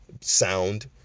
sound